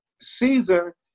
Caesar